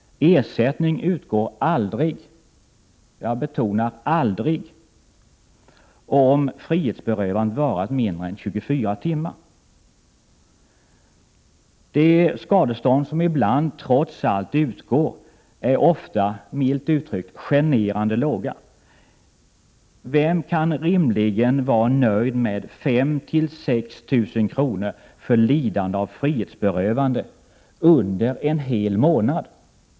Ersättning utgår aldrig om frihetsberövandet varat mindre än 24 timmar. De skadestånd som ibland trots allt utgår är ofta — milt uttryckt — generande låga. Vem kan rimligen vara nöjd med 5 000-6 000 kr. för lidande av frihetsberövande under en hel månad?